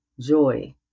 joy